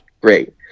Great